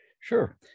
Sure